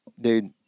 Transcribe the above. dude